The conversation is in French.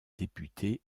députés